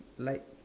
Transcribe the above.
like